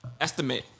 estimate